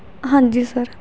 ਹਾਂਜੀ ਸਰ